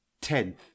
tenth